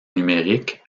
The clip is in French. numérique